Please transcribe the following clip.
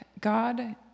God